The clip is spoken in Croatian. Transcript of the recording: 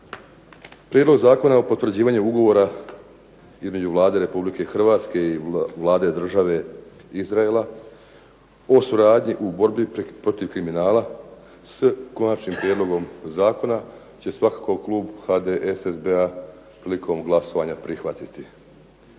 Prijedlog zakona o potvrđivanju Ugovora između Vlade Republike Hrvatske i Vlade Države Izraela o suradnji u borbi protiv kriminala s Konačnim prijedlogom zakona će svakako klbu HDSSB-a prilikom glasovanja prihvatiti.